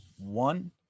one